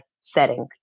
setting